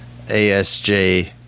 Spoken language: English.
ASJ